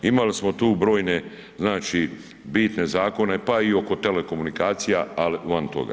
Imali smo tu brojne, znači bitne zakone, pa i oko telekomunikacija, ali van toga.